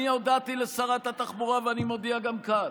אני הודעתי לשרת התחבורה, ואני מודיע גם כאן: